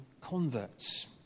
converts